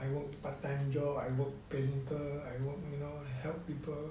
I work part time job I work painter I work you know help people